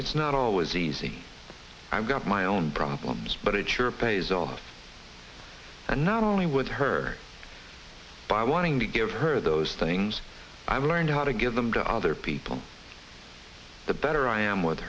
it's not always easy i've got my own problems but it sure pays off and not only with her by why to give her those things i've learned how to give them to other people the better i am with